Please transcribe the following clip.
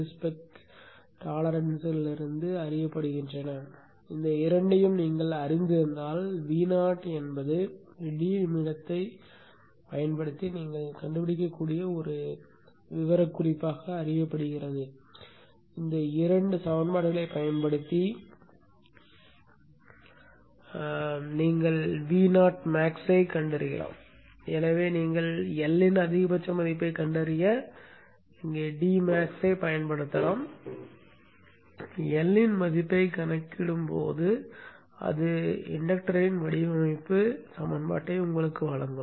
L இன் மதிப்பைக் கணக்கிடும் போது அது தூண்டலுக்கான வடிவமைப்பு சமன்பாட்டை உங்களுக்கு வழங்கும்